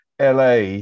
LA